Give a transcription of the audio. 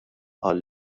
qal